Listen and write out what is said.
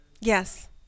Yes